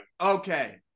Okay